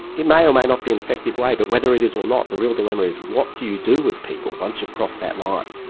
it may or may not be an effective way, but whether it is or not, the real dilemma is what do you do with people once you've crossed that line.